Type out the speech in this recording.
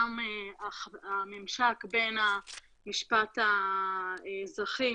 גם הממשק בין המשפט האזרחי,